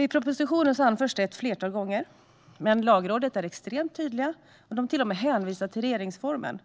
I propositionen anförs det ett flertal gånger, men Lagrådet är extremt tydligt och hänvisar till och med till regeringsformen